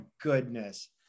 goodness